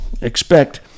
expect